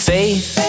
Faith